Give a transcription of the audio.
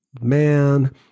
man